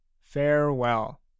Farewell